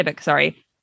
sorry